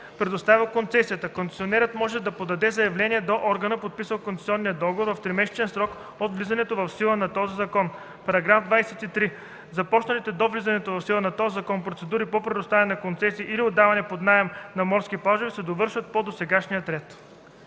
предоставил концесията. Концесионерът може да подаде заявление до органа, подписал концесионния договор, в тримесечен срок от влизането в сила на този закон. § 23. Започналите до влизането в сила на този закон процедури по предоставяне на концесия или отдаване под наем на морски плажове се довършват по досегашния ред.”